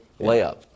layup